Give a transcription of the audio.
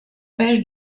page